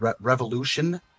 Revolution